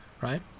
right